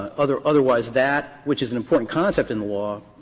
ah other otherwise, that, which is an important concept in the law,